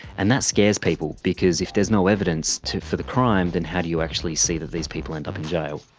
and that scares people, because if there is no evidence for the crime, then how do you actually see that these people end up in jail?